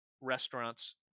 restaurants